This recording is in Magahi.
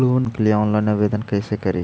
लोन के लिये ऑनलाइन आवेदन कैसे करि?